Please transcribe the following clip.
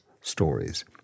stories